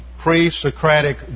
pre-Socratic